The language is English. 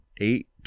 eight